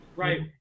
right